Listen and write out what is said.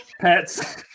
pets